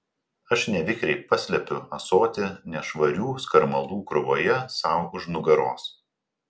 aš nevikriai paslepiu ąsotį nešvarių skarmalų krūvoje sau už nugaros